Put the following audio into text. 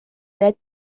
that